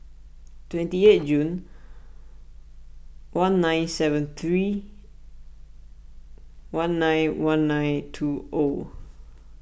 twenty eight June one nine seven three one nine one nine two O